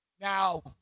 Now